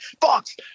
Fox